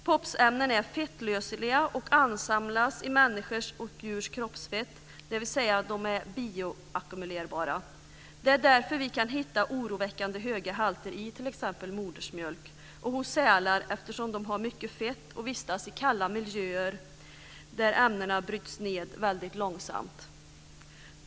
POP-ämnen är fettlösliga och ansamlas i människors och djurs kroppsfett, dvs. de är bioackumulerbara. Det är därför vi kan hitta oroväckande höga halter i t.ex. modersmjölk och hos sälar. Sälar har mycket fett och vistas i kalla miljöer där ämnena bryts ned väldigt långsamt.